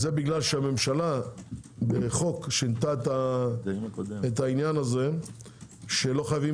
זה כי הממשלה בחוק שינתה את זה שלא חייבים